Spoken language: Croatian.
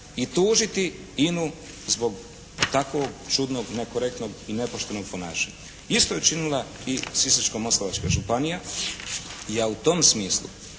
i tužiti INA-u zbog takvog čudnog, nekorektnog i nepoštenog ponašanja. Isto je učinila i Sisačko-moslavačka županija. Ja u tom smislu